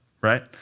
right